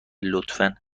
لطفا